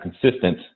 consistent